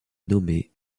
nommé